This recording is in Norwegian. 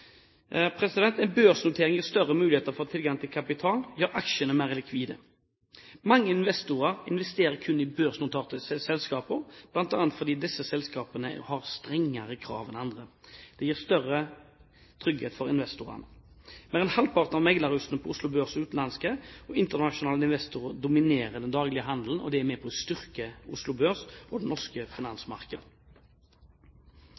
En børsnotering gir større muligheter for tilgang til kapital og gjør aksjene mer likvide. Mange investorer investerer kun i børsnoterte selskaper, bl.a. fordi disse selskapene har strengere krav enn andre. Det gir større trygghet for investorene. Mer enn halvparten av meglerhusene på Oslo Børs er utenlandske, og internasjonale investorer dominerer den daglige handelen. Det er med på å styrke Oslo Børs og det norske